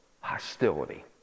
hostility